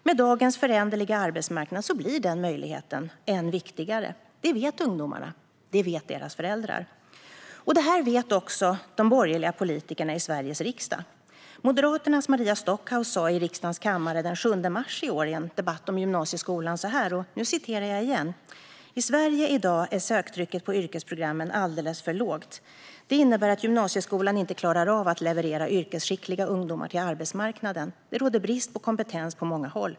Med dagens föränderliga arbetsmarknad blir den möjligheten än viktigare. Det vet ungdomarna, och det vet deras föräldrar. Det här vet också de borgerliga politikerna i Sveriges riksdag. Moderaternas Maria Stockhaus sa i riksdagens kammare den 7 mars i år i en debatt om gymnasieskolan: "I Sverige i dag är söktrycket på yrkesprogrammen alldeles för lågt. Det innebär att gymnasieskolan inte klarar av att leverera yrkesskickliga ungdomar till arbetsmarknaden. Det råder brist på kompetens på många håll.